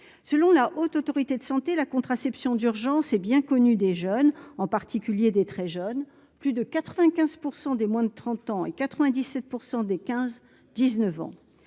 selon la Haute autorité de santé la contraception d'urgence est bien connu des jeunes en particulier, des très jeunes, plus de 95 % des moins de 30 ans et 97 % des 15 19 ans,